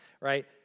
right